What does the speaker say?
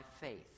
faith